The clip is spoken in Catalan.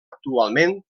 actualment